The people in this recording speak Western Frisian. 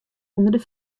ûnder